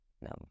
No